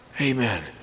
Amen